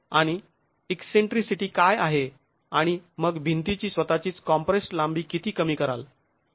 आणि ईकसेंट्रीसिटी काय आहे आणि मग भिंतीची स्वतःचीच कॉम्प्रेस्ड् लांबी किती कमी कराल